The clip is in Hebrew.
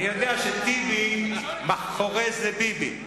אני יודע שטיבי, מאחורי זה ביבי.